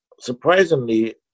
surprisingly